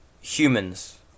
humans